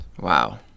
Wow